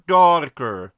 darker